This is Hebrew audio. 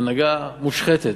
הנהגה מושחתת.